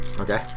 Okay